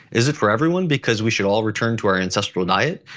is it for everyone because we should all return to our ancestral diet?